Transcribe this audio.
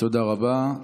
תודה רבה.